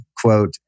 quote